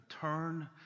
Turn